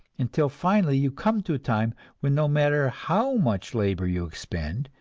until finally you come to a time when no matter how much labor you expend,